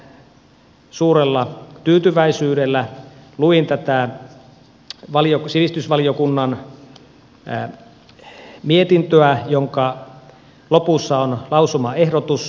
erittäin suurella tyytyväisyydellä luin tätä sivistysvaliokunnan mietintöä jonka lopussa on lausumaehdotus